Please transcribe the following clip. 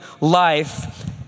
life